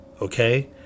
okay